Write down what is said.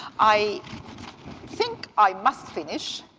i think i must finish.